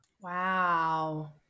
Wow